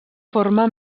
forma